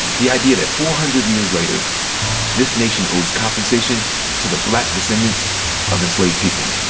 the idea that four hundred years later this nation owns compensation to the black descendants of enslaved people.